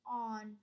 on